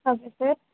okay sir